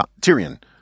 Tyrion